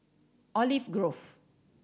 Olive Grove